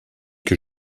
que